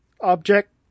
object